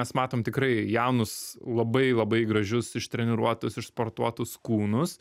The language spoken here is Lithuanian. mes matom tikrai jaunus labai labai gražius ištreniruotus išsportuotus kūnus